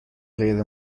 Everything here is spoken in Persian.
غیر